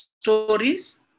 stories